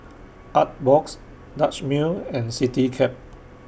Artbox Dutch Mill and Citycab